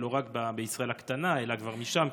אבל השיקום הוא לא רק בישראל הקטנה אלא כבר שם,